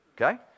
Okay